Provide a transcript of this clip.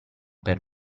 per